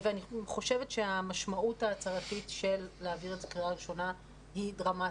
אני חושבת שהמשמעות ההצהרתית של להעביר את זה בקריאה ראשונה היא דרמטית,